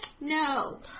No